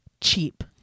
cheap